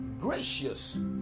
gracious